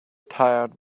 tired